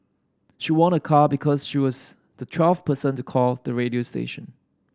she won a car because she was the twelfth person to call the radio station